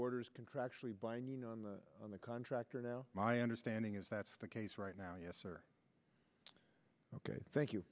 orders contractually by noon on the on the contractor now my understanding is that's the case right now yes or ok thank you